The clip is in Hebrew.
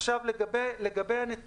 עוד משפט אחד לגבי הנתונים: